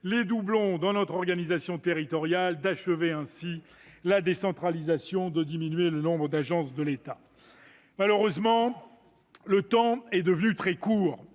les doublons dans notre organisation territoriale, d'achever la décentralisation et de diminuer le nombre d'agences de l'État. Eh oui ! Malheureusement, le temps est devenu très court